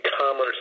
commerce